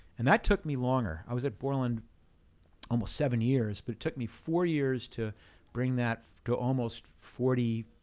and that took me longer. i was at borland almost seven years, but it took me four years to bring that to almost forty,